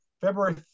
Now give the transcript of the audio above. February